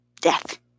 Death